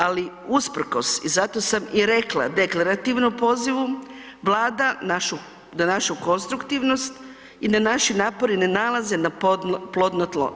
Ali usprkos i zato sam i rekla deklarativno pozivu, Vlada na našu konstruktivnost i na naše napore ne nalaze na plodno tlo.